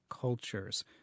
cultures